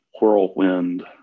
whirlwind